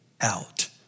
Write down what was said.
out